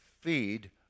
feed